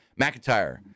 McIntyre